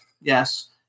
Yes